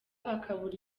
bakabura